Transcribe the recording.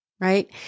right